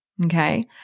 Okay